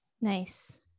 Nice